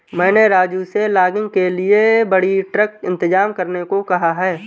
मैंने राजू से लॉगिंग के लिए बड़ी ट्रक इंतजाम करने को कहा है